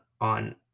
on